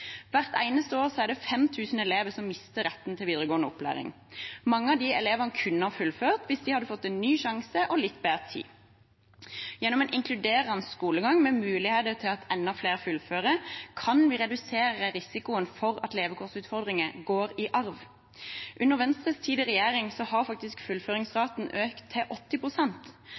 Hvert eneste år er det 5 000 elever som mister retten til videregående opplæring. Mange av disse elevene kunne ha fullført hvis de hadde fått en ny sjanse og litt bedre tid. Gjennom en inkluderende skolegang med muligheter for at enda flere fullfører, kan vi redusere risikoen for at levekårsutfordringer går i arv. Under Venstres tid i regjering har faktisk fullføringsraten økt til